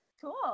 cool